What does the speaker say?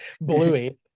Bluey